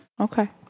Okay